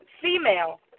female